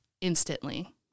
instantly